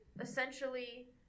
essentially